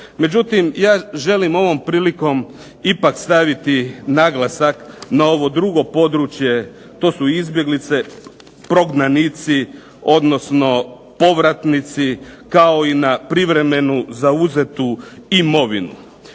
Međutim, ja želim ovom prilikom ipak staviti naglasak na ovo drugo područje, to su izbjeglice, prognanici odnosno povratnici, kao i na privremenu zauzetu imovinu.